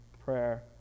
prayer